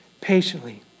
patiently